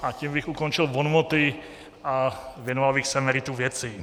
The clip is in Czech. A tím bych ukončil bonmoty a věnoval bych se meritu věci.